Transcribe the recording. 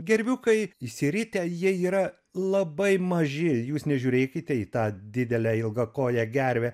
gerviukai išsiritę jie yra labai maži jūs nežiūrėkite į tą didelę ilgakoję gervę